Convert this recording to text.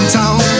town